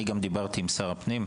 דיברתי עם שר הפנים,